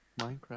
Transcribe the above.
Minecraft